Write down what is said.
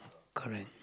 correct